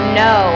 no